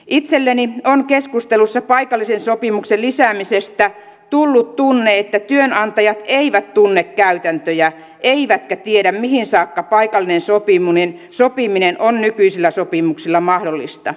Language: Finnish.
itselleni on keskustelussa paikallisen sopimisen lisäämisestä tullut tunne että työnantajat eivät tunne käytäntöjä eivätkä tiedä mihin saakka paikallinen sopiminen on nykyisillä sopimuksilla mahdollista